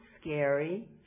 scary